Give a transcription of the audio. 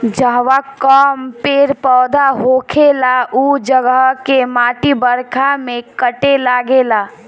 जहवा कम पेड़ पौधा होखेला उ जगह के माटी बरखा में कटे लागेला